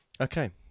okay